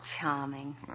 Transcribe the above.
charming